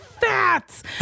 fats